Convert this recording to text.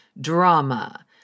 drama